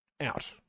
out